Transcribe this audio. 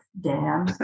Dan